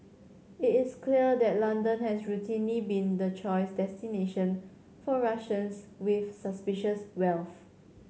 it is clear that London has routinely been the choice destination for Russians with suspicious wealth